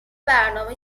برنامه